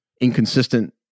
inconsistent